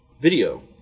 video